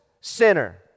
sinner